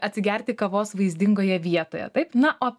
atsigerti kavos vaizdingoje vietoje taip na o